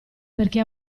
perché